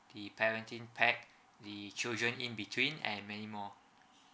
the parenting pack the children in between anymore